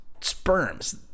sperms